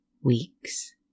Weeks